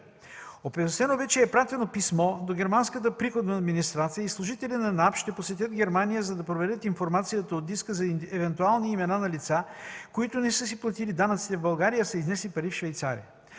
Оповестено бе, че е изпратено писмо до Германската приходна администрация и служители на НАП ще посетят Германия, за да проверят информацията от диска за евентуални имена на лица, които не са си платили данъците в България, а са изнесли пари в Швейцария.